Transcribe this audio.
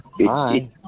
Hi